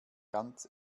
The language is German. ganz